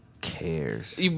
cares